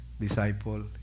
disciple